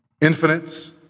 infinite